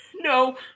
No